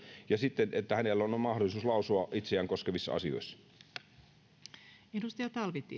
ja että hänellä on on mahdollisuus lausua itseään koskevissa asioissa